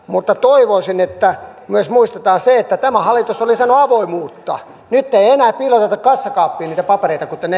mutta toivoisin että myös muistetaan se että tämä hallitus on lisännyt avoimuutta nyt ei ei enää piiloteta kassakaappiin niitä papereita kuten